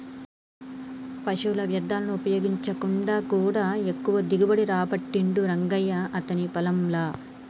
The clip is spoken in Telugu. పశువుల వ్యర్ధాలను వాడకుండా కూడా ఎక్కువ దిగుబడి రాబట్టిండు రంగయ్య అతని పొలం ల